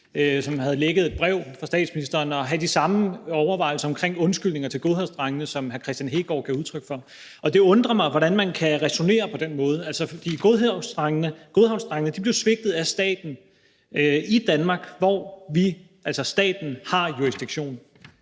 som havde lækket et brev fra statsministeren, have de samme overvejelser omkring undskyldninger til Godhavnsdrengene, som hr. Kristian Hegaard giver udtryk for. Og det undrer mig, hvordan man kan ræsonnere på den måde. Altså, for Godhavnsdrengene blev svigtet af staten i Danmark, hvor vi, altså staten, har jurisdiktion.